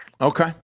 okay